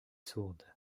sourde